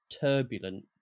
turbulent